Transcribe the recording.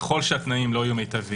ככל שהתנאים לא יהיה מיטביים,